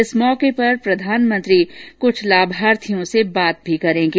इस अवसर पर प्रधानमंत्री क्छ लाभार्थियों से बात भी करेंगे